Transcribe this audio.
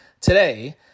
today